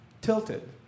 tilted